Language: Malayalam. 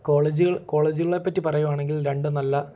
കോളേജുകള് കോളേജുകളെ പറ്റി പറയുവാണെങ്കിൽ രണ്ടും നല്ല